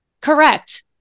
Correct